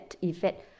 effect